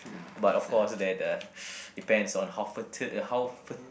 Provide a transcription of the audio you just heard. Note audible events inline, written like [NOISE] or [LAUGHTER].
but of course that uh [NOISE] depends on how fertil~ uh how fer~